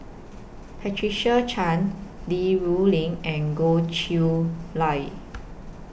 Patricia Chan Li Rulin and Goh Chiew Lye